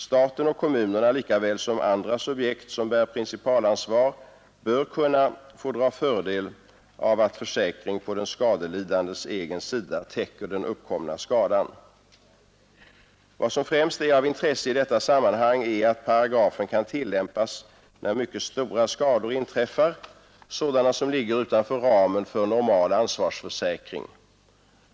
Staten och kommunerna, lika väl som andra subjekt som bär principalansvar, bör kunna få dra fördel av att försäkring på den skadelidandes egen sida täcker den uppkomna skadan. Vad som främst är av intresse i detta sammanhang är att paragrafen kan tillämpas när mycket stora skador inträffar, sådana som ligger utanför ramen för normal ansvarsförsäkring.